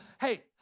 hey